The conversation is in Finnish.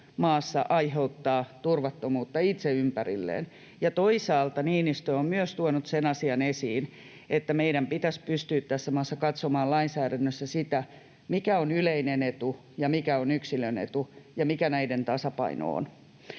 maassa aiheuttaa turvattomuutta itse ympärilleen. Ja toisaalta Niinistö on tuonut myös sen asian esiin, että meidän pitäisi pystyä tässä maassa katsomaan lainsäädännössä sitä, mikä on yleinen etu ja mikä on yksilön etu ja mikä näiden tasapaino on.